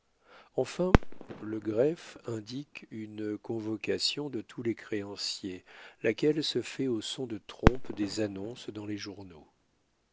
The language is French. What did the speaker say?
enfin le greffe indique une convocation de tous les créanciers laquelle se fait au son de trompe des annonces dans les journaux